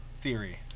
Theory